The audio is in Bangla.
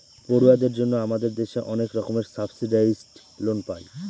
পড়ুয়াদের জন্য আমাদের দেশে অনেক রকমের সাবসিডাইসড লোন পায়